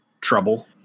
trouble